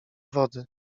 wody